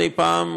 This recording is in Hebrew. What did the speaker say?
מדי פעם,